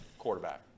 quarterback